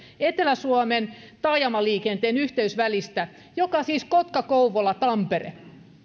etelä suomen taajamaliikenteen yhteysvälistä joka siis on kotka kouvola tampere